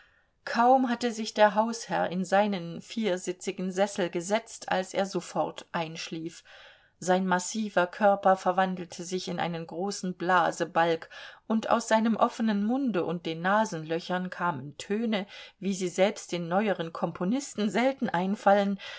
kaum hatte sich der hausherr in seinen viersitzigen sessel gesetzt als er sofort einschlief sein massiver körper verwandelte sich in einen großen blasebalg und aus seinem offenen munde und den nasenlöchern kamen töne wie sie selbst den neueren komponisten selten einfallen